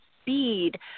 speed